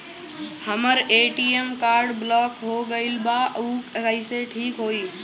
हमर ATM card block हो गईल बा ऊ कईसे ठिक होई?